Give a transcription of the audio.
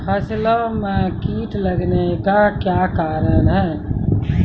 फसलो मे कीट लगने का क्या कारण है?